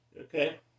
Okay